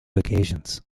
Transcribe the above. occasions